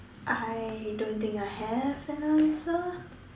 I don't think I have an answer